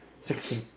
Sixteen